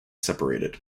separated